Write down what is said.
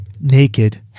Naked